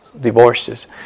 divorces